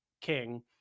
king